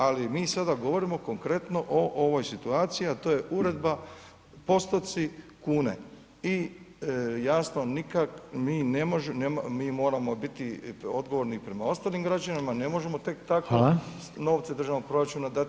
Ali mi sada govorimo konkretno o ovoj situaciji, a to je Uredba, postoci, kune i jasno mi moramo biti odgovorni i prema ostalim građanima, ne možemo tek tako novce državnog proračuna dati